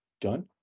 Done